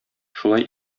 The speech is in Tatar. шулай